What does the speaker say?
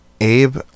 Abe